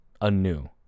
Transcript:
anew